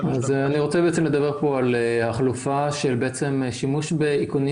אני רוצה לדבר על החלופה של שימוש באיכונים